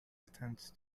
attend